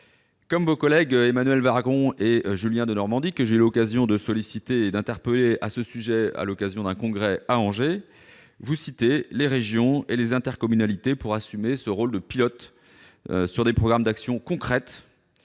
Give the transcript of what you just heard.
Comme vos collègues Emmanuelle Wargon et Julien Denormandie, que j'ai eu l'occasion d'interpeller à ce sujet lors d'un congrès à Angers, vous citez les régions et les intercommunalités pour assumer ce rôle de pilote sur des programmes d'actions concrètes,